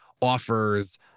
offers